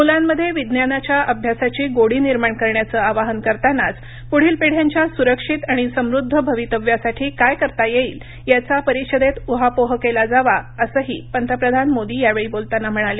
मुलांमध्ये विज्ञानाच्या अभ्यासाची गोडी निर्माण निर्माण करण्याचे आवाहन करतानाच पुढील पिढ्यांच्या सुरक्षित आणि समृद्ध भवितव्यासाठी काय करता येईल याचा या परिषदेत ऊहापोह केला जावा असंही पंतप्रधान मोदी यावेळी बोलताना म्हणाले